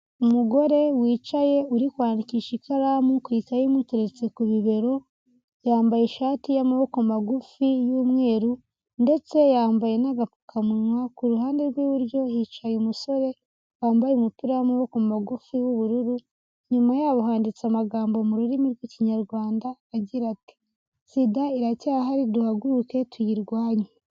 Umugore wicaye uri kwandikisha ikaramu kusahamu imuteretse ku bibero yambaye ishati y'amaboko magufi y'umweru ndetse yambaye n'agapfukawa ku ruhande rw'iburyo hicaye umusore wambaye umupira w'amaboko magufi w'ubururu nyuma ya handitse amagambo mu rurimi rw'ikinyarwanda agira ati sida iracyahari duhaguruke tuyirwanye.